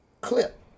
clip